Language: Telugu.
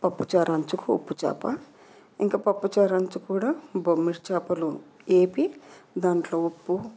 పప్పు చారు అంచుకు ఉప్పు చాప ఇంక పప్పు చారు అంచుకు కూడా బొమ్మిడి చేపలు వేపి దాంట్లో ఉప్పు